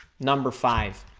number five,